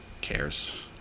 cares